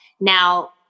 Now